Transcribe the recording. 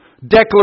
declaration